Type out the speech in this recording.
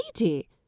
lady